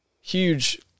huge